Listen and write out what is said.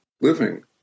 living